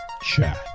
Chat